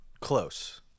Close